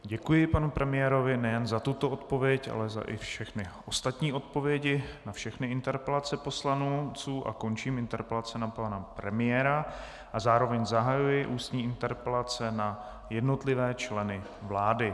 Děkuji panu premiérovi nejen za tuto odpověď, ale i za všechny ostatní odpovědi na všechny interpelace poslanců a končím interpelace na pana premiéra a zároveň zahajuji ústní interpelace na jednotlivé členy vlády.